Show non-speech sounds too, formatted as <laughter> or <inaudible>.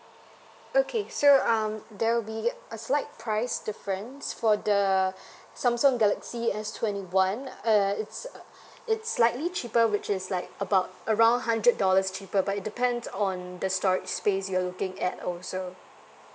okay so um there'll be a slight price difference for the <breath> samsung galaxy S twenty one uh it's it's slightly cheaper which is like about around hundred dollars cheaper but it depends on the storage space you're looking at also